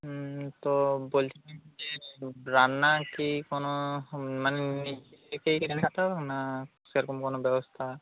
হুম তো বলছিলাম যে রান্না কি কোনো হুম মানে নিজেই না সেরকম কোনো ব্যবস্থা